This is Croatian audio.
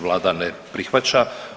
Vlada ne prihvaća.